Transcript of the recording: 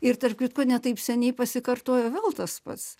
ir tarp kitko ne taip seniai pasikartojo vėl tas pats